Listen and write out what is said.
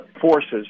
forces